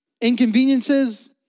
Inconveniences